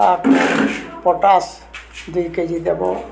potash ଦୁଇ KG ଦେବ